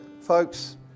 Folks